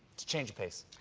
it's a change of pace.